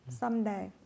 someday